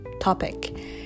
topic